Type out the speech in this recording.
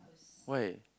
why